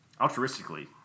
altruistically